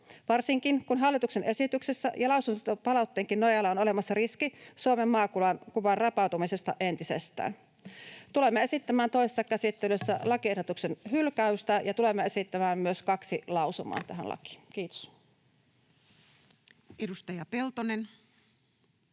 varsinkin, kun hallituksen esityksessä ja lausuntopalautteenkin nojalla on olemassa riski Suomen maakuvan rapautumisesta entisestään. Tulemme esittämään toisessa käsittelyssä lakiehdotuksen hylkäystä ja tulemme esittämään myös kaksi lausumaa tähän lakiin. — Kiitos. [Speech